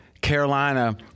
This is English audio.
Carolina